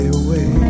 away